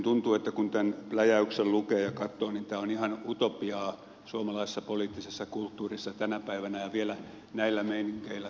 tuntuu että kun tämän pläjäyksen lukee ja katsoo niin tämä on ihan utopiaa suomalaisessa poliittisessa kulttuurissa tänä päivänä ja vielä näillä meiningeillä tulevaisuudessakin